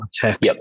tech